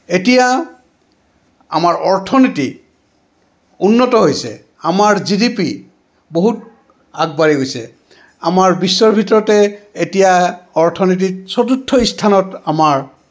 এতিয়া আমাৰ অৰ্থনীতি উন্নত হৈছে আমাৰ জি ডি পি বহুত আগবাঢ়ি গৈছে আমাৰ বিশ্বৰ ভিতৰতে এতিয়া অৰ্থনীতিত চতুৰ্থ স্থানত আমাৰ